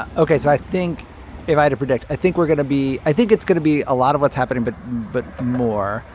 ah ok. so i think if i had to predict, i think we're going to be i think it's going to be a lot of what's happening, but but more.